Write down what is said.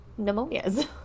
pneumonias